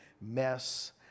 mess